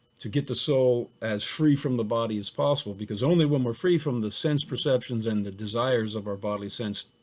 to get the soul as free from the body as possible. because only when we're free from the sense perceptions and the desires of our bodily sense,